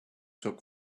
took